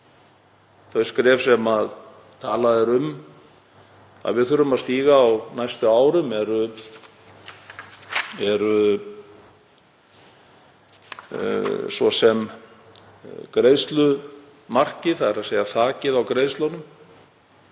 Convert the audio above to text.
Þau skref sem talað er um að við þurfum að stíga á næstu árum eru svo sem greiðslumarkið, þ.e. þakið á greiðslunum,